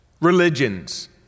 Religions